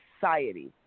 society